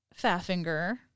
Faffinger